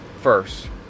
first